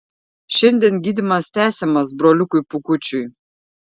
šiandien gydymas tęsiamas broliukui pūkučiui